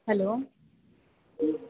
hello